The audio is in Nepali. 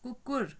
कुकुर